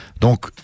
donc